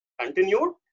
continued